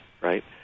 right